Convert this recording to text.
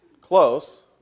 close